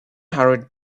hurried